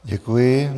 Děkuji.